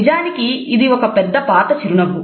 నిజానికి ఇది ఒక పెద్ద పాత చిరునవ్వు